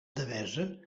devesa